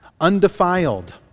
undefiled